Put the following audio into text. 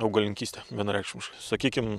augalininkystė vienareikšmiškai sakykim